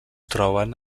troben